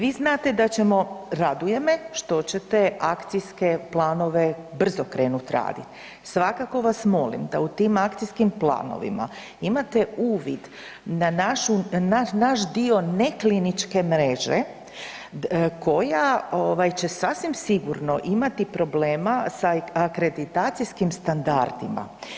Vi znate da ćemo, raduje me što ćete akcijske planove brzo krenut radit, svakako vas molim da u tim akcijskim planovima imate uvid na naš dio ne kliničke mreže koja će sasvim sigurno imati problema sa akreditacijskim standardima.